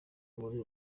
muri